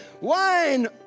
wine